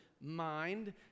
mind